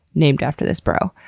named after this bro.